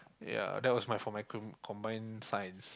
ya that was my for my com~ combined science